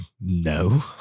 No